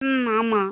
ம் ஆமாம்